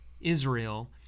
Israel